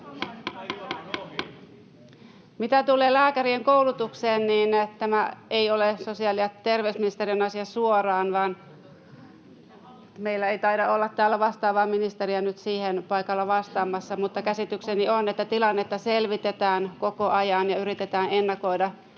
Mitä tulee lääkärien koulutukseen, tämä ei ole suoraan sosiaali- ja terveysministeriön asia. Meillä ei taida olla täällä vastaavaa ministeriä nyt paikalla siihen vastaamassa, mutta käsitykseni on, että tilannetta selvitetään koko ajan ja yritetään ennakoida